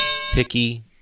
Picky